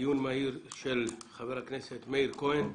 דיון מהיר של חבר הכנסת מאיר כהן,